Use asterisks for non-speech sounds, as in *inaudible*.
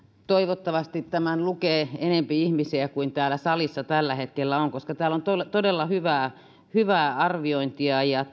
toivottavasti tämän lukee enempi ihmisiä kuin täällä salissa tällä hetkellä on koska täällä on todella hyvää hyvää arviointia ja *unintelligible*